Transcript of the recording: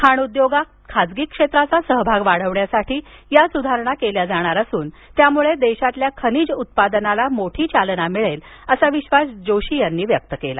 खाण उद्योगात खासगी क्षेत्राचा सहभाग वाढवण्यासाठीच या सुधारणा केल्या जाणार असून यामुळे देशातल्या खनिज उत्पादनाला मोठी चलना मिळेल असा विश्वास जोशी यांनी व्यक्त केला